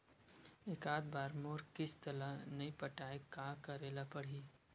एकात बार मोर किस्त ला नई पटाय का करे ला पड़ही?